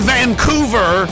Vancouver